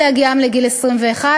עד הגיעם לגיל 21,